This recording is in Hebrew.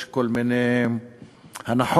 יש כל מיני הנחות,